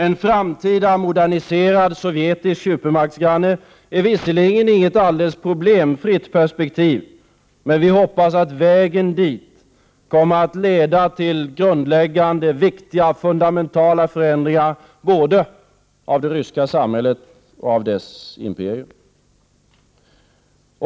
En framtida moderniserad sovjetisk supermaktsgranne är visserligen inget alldeles problemfritt perspektiv, men vi hoppas att vägen dit kommer att leda till grundläggande och viktiga förändringar både av det ryska samhället och av dess imperium.